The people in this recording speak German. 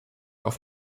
auf